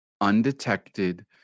undetected